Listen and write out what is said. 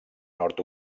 nord